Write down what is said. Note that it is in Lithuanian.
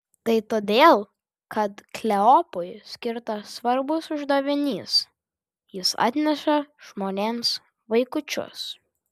tai todėl kad kleopui skirtas svarbus uždavinys jis atneša žmonėms vaikučius